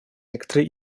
некоторые